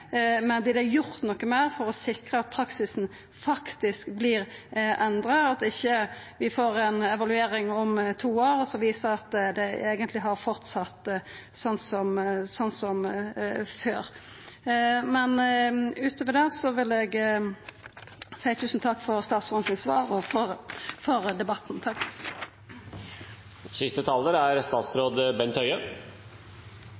men vert det gjort noko meir for å sikra at praksisen faktisk vert endra, og at vi ikkje får ei evaluering om to år som viser at det eigentleg har fortsett slik som før? Utover det vil eg seia tusen takk for statsrådens svar og for debatten. Jeg vil først – forhåpentligvis – oppklare noen misforståelser knyttet til retningslinjene for